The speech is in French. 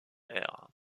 ère